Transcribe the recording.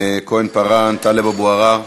כהן-פארן, טלב אבו עראר,